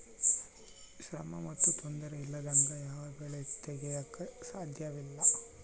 ಶ್ರಮ ಮತ್ತು ತೊಂದರೆ ಇಲ್ಲದಂಗೆ ಯಾವ ಬೆಳೆ ತೆಗೆಯಾಕೂ ಸಾಧ್ಯಇಲ್ಲ